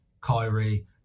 Kyrie